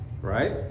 right